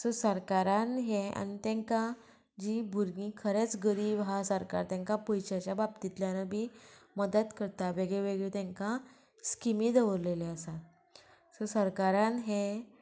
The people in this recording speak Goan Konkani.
सो सरकारान हे आनी तांकां जी भुरगीं खरेंच गरीब आसा सरकार तांकां पयश्याच्या बाबतींतल्यान बी मदत करता वेगळ्यो वेगळ्यो तांकां स्किमी दवरलेली आसा सो सरकारान हे